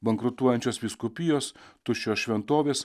bankrutuojančios vyskupijos tuščios šventovės